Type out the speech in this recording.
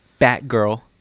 batgirl